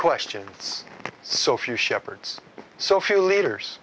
questions so few shepherds so few leaders